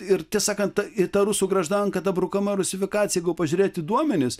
ir tiesą sakant ir ta rusų graždanka ta brukama rusifikacija jeigu pažiūrėti į duomenis